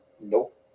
Nope